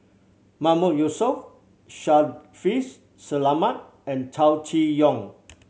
Mahmood Yusof Shaffiq Selamat and Chow Chee Yong